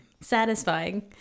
satisfying